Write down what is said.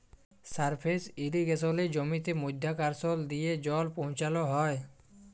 surface ইরিগেসলে জমিতে মধ্যাকরসল দিয়ে জল পৌঁছাল হ্যয়